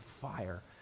fire